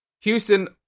Houston